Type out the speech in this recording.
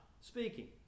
speaking